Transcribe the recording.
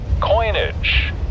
coinage